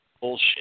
bullshit